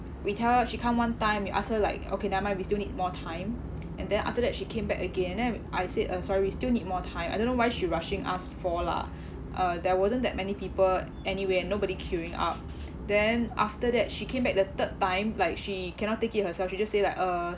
we tell she come one time we ask her like okay never mind we still need more time and then after that she came back again then w~ I said uh sorry we still need more time I don't know why she rushing us for lah uh there wasn't that many people anyway and nobody queueing up then after that she came back the third time like she cannot take it herself you just say like uh